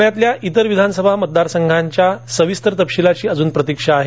पुण्यातल्या इतर विधानसभा मतदार संघाच्या सविस्तर तपशीलाची अजून प्रतीक्षा आहे